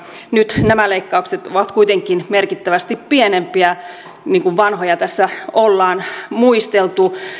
nyt nämä leikkaukset ovat kuitenkin merkittävästi pienempiä niin kuin vanhoja tässä ollaan muisteltu